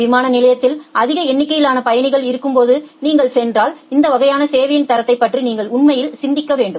விமான நிலையத்தில் அதிக எண்ணிக்கையிலான பயணிகள் இருக்கும்போது நீங்கள் சென்றால் இந்த வகையான சேவையின் தரத்தைப் பற்றி நீங்கள் உண்மையில் சிந்திக்க வேண்டும்